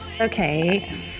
Okay